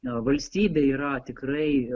na valstybė yra tikrai